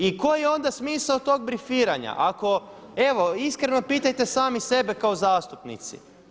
I koji je onda smisao tog brifiranja, ako evo iskreno pitajte sami sebi kao zastupnici?